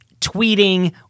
tweeting